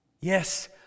Yes